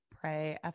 Pray